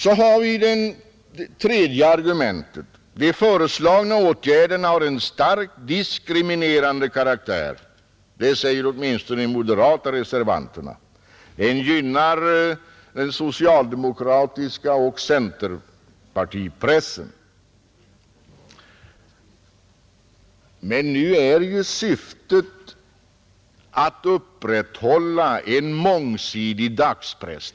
Så har vi det tredje argumentet — att de föreslagna åtgärderna har en starkt diskriminerande karaktär. De gynnar den socialdemokratiska och centerpartistiska pressen. Det säger åtminstone de moderata reservanterna, Men nu är ju syftet att upprätthålla en mångsidig dagspress.